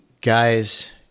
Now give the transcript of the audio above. guys